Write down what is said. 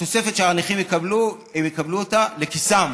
התוספת שהנכים יקבלו, הם יקבלו אותה לכיסם